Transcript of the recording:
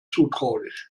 zutraulich